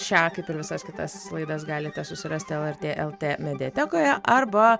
šią kaip ir visas kitas laidas galite susirasti lrt lt mediatekoje arba